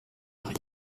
nach